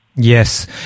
Yes